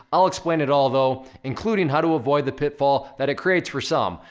i'll explain it all though, including how to avoid the pitfall that it creates for some.